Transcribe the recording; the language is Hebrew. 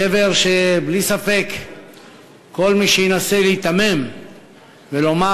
שבר שבלי ספק כל מי שינסה להיתמם ולומר